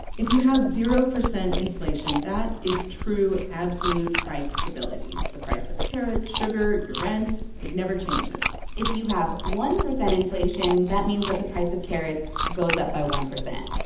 if you have zero percent inflation, that is true, absolute price stability. the price of carrots, sugar, your rent it never changes if you have one percent inflation, that means that the price of carrots goes up by one percent,